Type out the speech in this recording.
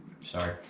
Sorry